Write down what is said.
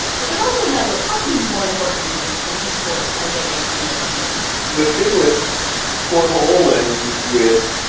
but there's also another, possibly more important, reason that these sports are getting on espn the thing with cornhole and with